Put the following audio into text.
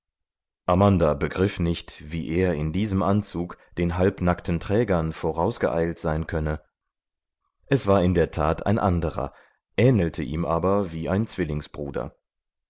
amanda begriff nicht wie er in diesem anzug den halbnackten trägern vorausgeeilt sein könne es war in der tat ein anderer ähnelte ihm aber wie ein zwillingsbruder